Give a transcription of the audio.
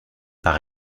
par